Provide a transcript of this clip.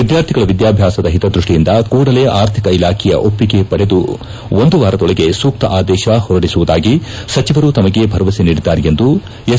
ವಿದ್ಯಾರ್ಥಿಗಳ ವಿಧ್ಯಾಬ್ಲಾಸದ ಹಿತದ್ಯಸ್ಥಿಯಿಂದ ಕೂಡಲೇ ಆರ್ಥಿಕ ಇಲಾಖೆಯ ಒಪ್ಪಿಗೆ ಪಡೆದು ಒಂದು ವಾರದೊಳಗೆ ಸೂಕ್ತ ಆದೇಶ ಹೊರಡಿಸುವುದಾಗಿ ಸಚಿವರು ತಮಗೆ ಭರವಸೆ ನೀಡಿದ್ದಾರೆ ಎಂದು ಎಸ್